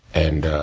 and,